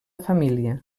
família